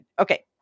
Okay